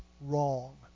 wrong